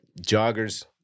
joggers